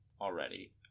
already